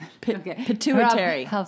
Pituitary